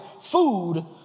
food